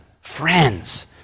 Friends